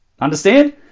Understand